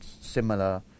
similar